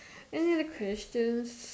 another question